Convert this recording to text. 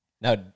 Now